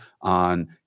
on